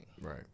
Right